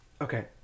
Okay